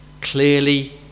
clearly